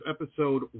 episode